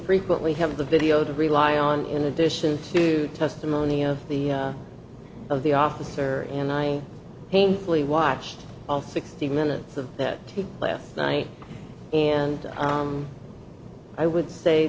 frequently have the video to rely on in addition to testimony of the of the officer and i painfully watched all sixty minutes of that tape last night and i would say